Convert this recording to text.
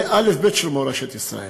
זה אלף-בית של מורשת ישראל.